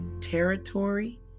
territory